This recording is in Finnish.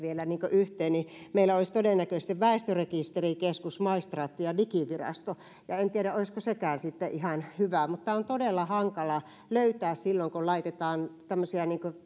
yhteen niin meillä olisi todennäköisesti väestörekisterikeskus maistraatti ja digivirasto ja en tiedä olisiko sekään sitten ihan hyvä on todella hankala löytää hyvää nimeä silloin kun laitetaan tämmöisiä